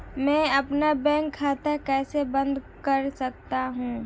मैं अपना बैंक खाता कैसे बंद कर सकता हूँ?